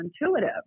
intuitive